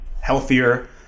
healthier